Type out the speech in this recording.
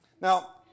Now